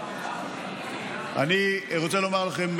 אני רוצה לומר לכם,